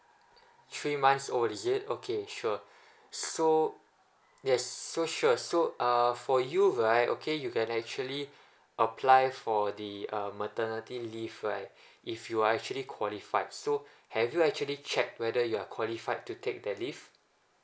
three months old is it okay sure so yes so sure so uh for you right okay you can actually apply for the uh maternity leave right if you are actually qualified so have you actually check whether you are qualified to take that leave